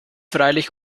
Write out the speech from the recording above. freilich